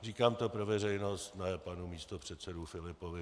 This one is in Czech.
Říkám to pro veřejnost, ne panu místopředsedu Filipovi.